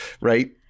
Right